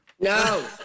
No